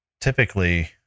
typically